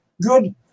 good